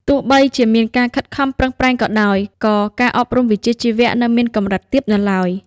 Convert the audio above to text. ទោះបីជាមានការខិតខំប្រឹងប្រែងក៏ដោយ ក៏ការអប់រំវិជ្ជាជីវៈនៅមានកម្រិតទាបនៅឡើយ។